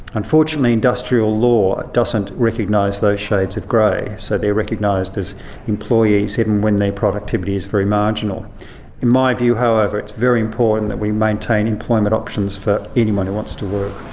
unfortunately industrial law doesn't recognise those shades of grey, so they're recognised as employees even when their productivity is very marginal. in my view however it's very important that we maintain employment options for anyone who wants to work.